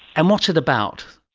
and what's it about?